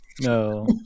no